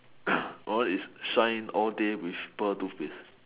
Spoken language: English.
my one is shine all day with pearl toothpaste